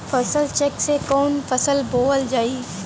फसल चेकं से कवन फसल बोवल जाई?